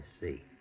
see